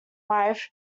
wife